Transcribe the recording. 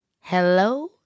Hello